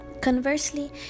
Conversely